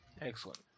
Excellent